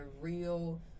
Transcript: real